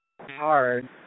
hard